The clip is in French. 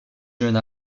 jeune